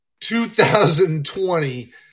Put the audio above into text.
2020